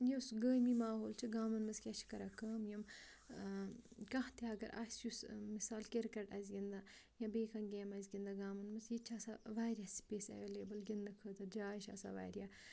یُس گٲمی ماحول چھِ گامَن منٛز کیٛاہ چھِ کَران کٲم یِم کانٛہہ تہِ اگر آسہِ یُس مِثال کِرکَٹ آسہِ گِنٛدان یا بیٚیہِ کانٛہہ گیم آسہِ گِنٛدان گامَن منٛز ییٚتہِ چھِ آسان واریاہ سپیس ایویلیبٕل گِنٛدنہٕ خٲطرٕ جاے چھِ آسان واریاہ